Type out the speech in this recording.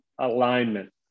alignment